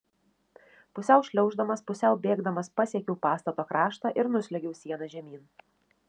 pusiau šliauždamas pusiau bėgdamas pasiekiau pastato kraštą ir nusliuogiau siena žemyn